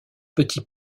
petits